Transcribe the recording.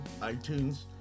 iTunes